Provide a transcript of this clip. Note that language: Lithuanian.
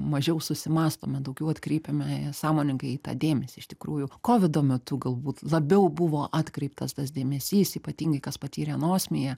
mažiau susimąstome daugiau atkreipiame sąmoningai į tą dėmesį iš tikrųjų kovido metu galbūt labiau buvo atkreiptas tas dėmesys ypatingai kas patyrė nosim ją